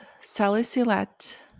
salicylate